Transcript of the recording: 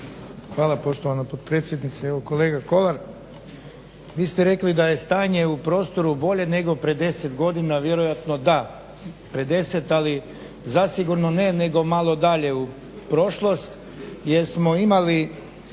Hvala poštovana potpredsjednice. Evo kolega Kolar vi ste rekli da je stanje u prostoru bolje nego prije 10 godina, vjerojatno da, pred 10 ali zasigurno ne nego malo dalje u prošlost jer smo imali